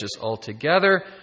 altogether